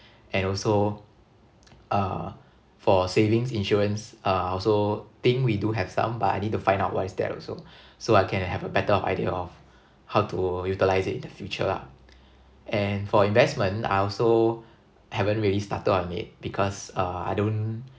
and also uh for savings insurance uh also think we do have some but I need to find out what is that also so I can better of idea of how to utilise it in the future lah and for investment I also haven't really started on it because uh I don't